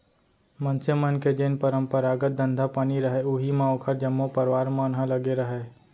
मनसे मन के जेन परपंरागत धंधा पानी रहय उही म ओखर जम्मो परवार मन ह लगे रहय